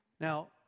Now